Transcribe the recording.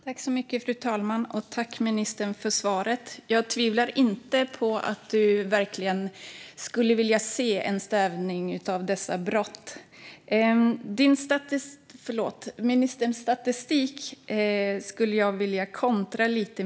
Fru talman! Tack, ministern för svaret! Jag tvivlar inte på att ministern verkligen skulle vilja se ett stävjande av dessa brott. Jag skulle vilja kontra lite mot ministerns statistik.